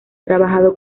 trabajado